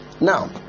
now